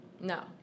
No